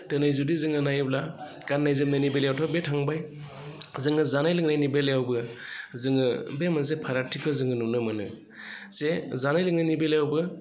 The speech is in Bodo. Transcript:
दिनै जुदि जोङो नायोब्ला गाननाय जोमनायनि बेलायावथ' बे थांबाय जोङो जानाय लोंनायनि बेलायावबो जोङो बे मोनसे फारागथिखौ जोङो नुनो मोनो जे जानाय लोंनायनि बेलायावबो